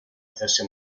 hacerse